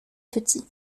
petits